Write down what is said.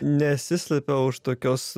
nesislepia už tokios